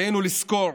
עלינו לזכור